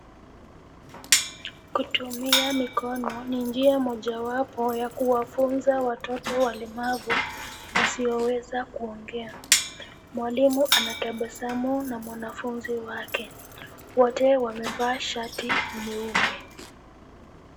Kutumia mikono ni njia moja wapo ya kuwafunza watoto walemavu wasioweza kuongea. Mwalimu anatabasamu na mwanafunzi wake. Wote wamevaa shati nyeupe.